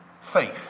faith